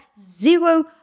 zero